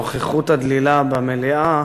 הנוכחות הדלילה במליאה